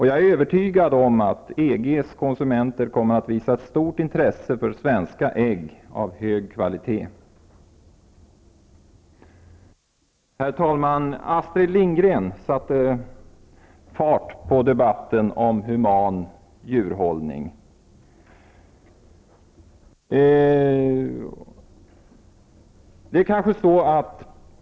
Jag är övertygad om att EG:s konsumenter kommer att visa ett stort intresse för svenska ägg av hög kvalitet. Herr talman! Astrid Lindgren satte fart på debatten om human djurhållning.